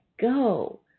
go